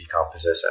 decomposition